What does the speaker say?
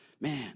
Man